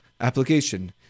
application